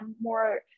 more